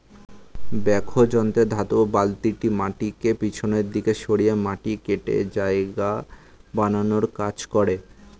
backhoe যন্ত্রে ধাতব বালতিটি মাটিকে পিছনের দিকে সরিয়ে মাটি কেটে জায়গা বানানোর কাজ করে